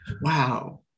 Wow